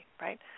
right